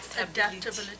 Adaptability